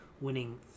winning